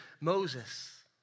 Moses